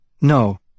No